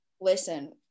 listen